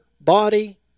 body